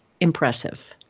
impressive